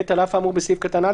(ב) על עף האמור בסעיף קטן (א),